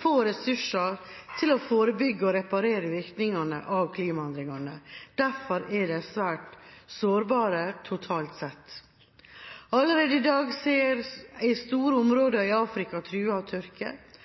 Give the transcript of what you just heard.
få ressurser til å forebygge og reparere virkningene av klimaendringene. Derfor er de svært sårbare totalt sett. Allerede i dag er store områder i Afrika